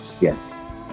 yes